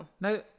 Now